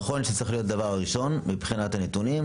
זה נכון שזה צריך להיות הדבר הראשון מבחינת הנתונים.